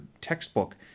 textbook